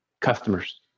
customers